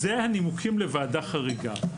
אלה הנימוקים לוועדה חריגה.